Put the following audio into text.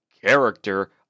character